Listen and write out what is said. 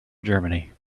germany